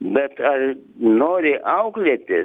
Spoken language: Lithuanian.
bet ar nori auklėti